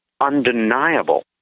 undeniable